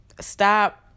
stop